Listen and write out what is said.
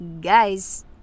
Guys